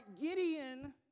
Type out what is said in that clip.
Gideon